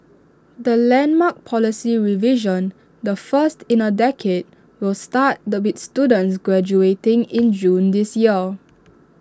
the landmark policy revision the first in A decade will start the with students graduating in June this year